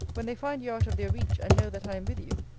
when they find you out of their reach, and know that i am with you,